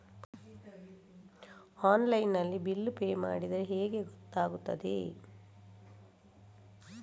Online ನಲ್ಲಿ bill pay ಮಾಡಿದ್ರೆ ಹೇಗೆ ಗೊತ್ತಾಗುತ್ತದೆ?